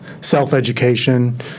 self-education